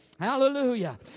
Hallelujah